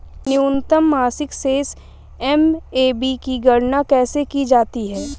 न्यूनतम मासिक शेष एम.ए.बी की गणना कैसे की जाती है?